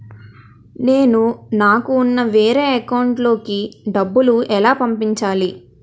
నేను నాకు ఉన్న వేరే అకౌంట్ లో కి డబ్బులు ఎలా పంపించాలి?